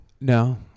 No